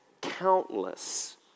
countless